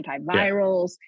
antivirals